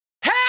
Hey